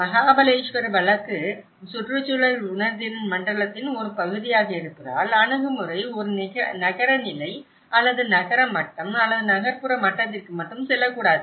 மகாபலேஷ்வர் வழக்கு சுற்றுச்சூழல் உணர்திறன் மண்டலத்தின் ஒரு பகுதியாக இருப்பதால் அணுகுமுறை ஒரு நகர நிலை அல்லது நகர மட்டம் அல்லது நகர்ப்புற மட்டத்திற்கு மட்டும் செல்லக்கூடாது